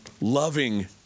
loving